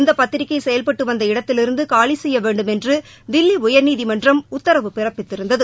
இந்த பத்திரிகை செயல்பட்டு வந்த இடத்திலிருந்து காலி செய்ய வேண்டுமென்று தில்லி உயா்நீதிமன்றம் உத்தரவு பிறப்பித்திருந்தது